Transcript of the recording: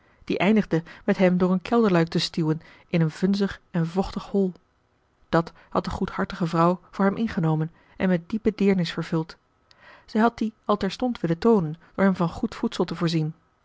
die eindigde met hem door een kelderluik te stuwen in een vunzig en vochtig hol dat had de goedhartige vrouw voor hem ingenomen en met diepe deernis vervuld zij had die al terstond willen toonen door hem van goed voedsel te voorzien